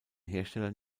hersteller